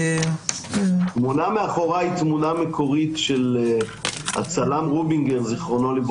התמונה מאחוריי היא תמונה מקורית של הצלם רובינגר ז"ל,